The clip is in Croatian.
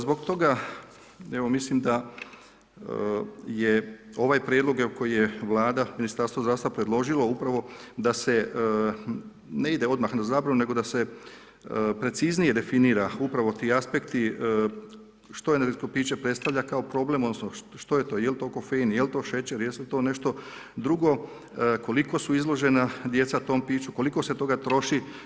Zbog toga mislim da je ovaj prijedlog evo koji je Vlada, Ministarstvo zdravstva predložilo, upravo da se ne ide odmah na zabranu, nego da se preciznije definira upravo ti aspekti što energetsko piće predstavlja kao problem, odnosno što je to, je li to kofein, je li to šećer, je li to nešto drugo, koliko su izložena djeca tom piću, koliko se toga troši.